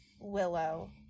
Willow